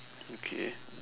okay